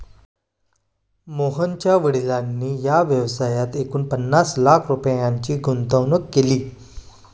मोहनच्या वडिलांनी या व्यवसायात एकूण पन्नास लाख रुपयांची गुंतवणूक केली